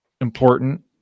important